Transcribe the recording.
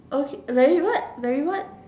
okay very what very what